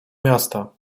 miasta